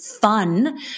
fun